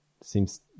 seems